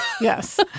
Yes